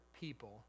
people